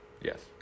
Yes